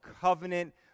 covenant